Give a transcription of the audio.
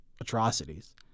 atrocities